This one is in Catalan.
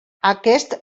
aquest